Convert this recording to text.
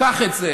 קח את זה.